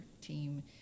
team